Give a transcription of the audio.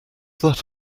that